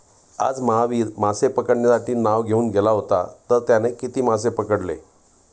आज महावीर मासे पकडण्यासाठी नाव घेऊन गेला होता तर त्याने किती मासे पकडले?